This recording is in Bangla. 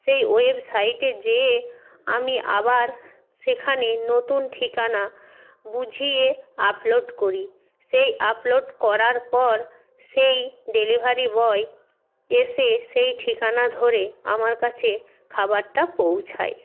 সেই ওয়েবসাইটে গিয়ে আমি আবার সেখানে নতুন ঠিকানা বুঝিয়ে আপলোড করি সেই আপলোড করার পর সেই ডেলিভারি বয় এসে সেই ঠিকানা ধরে আমার কাছে খাবারটা পৌঁছায়